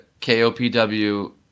KOPW